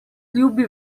ljubi